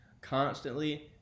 constantly